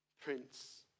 Prince